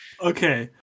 Okay